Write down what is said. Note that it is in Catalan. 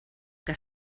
que